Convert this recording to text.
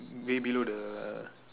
way below the